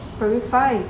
primary five